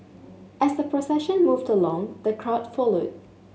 as the procession moved along the crowd followed